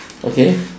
okay